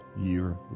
year